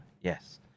yes